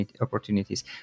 opportunities